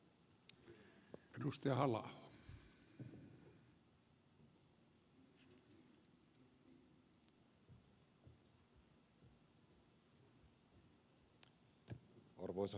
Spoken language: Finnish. arvoisa herra puhemies